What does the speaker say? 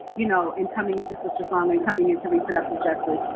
you know and coming into sistersong, and coming into reproductive justice,